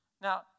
Now